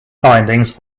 findings